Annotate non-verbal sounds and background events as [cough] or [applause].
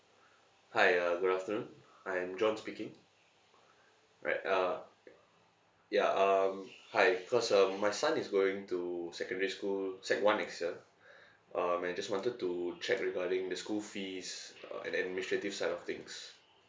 hi uh good afternoon I am john speaking right uh ya um hi cause um my son is going to secondary school SEC one next year [breath] um I just wanted to check regarding the school fees uh and then make sure this side of things